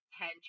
ten